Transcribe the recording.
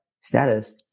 status